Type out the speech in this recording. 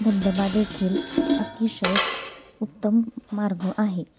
धबधबादेखील अतिशय उत्तम मार्ग आहे